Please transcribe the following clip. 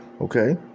okay